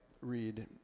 read